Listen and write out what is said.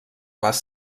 les